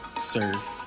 serve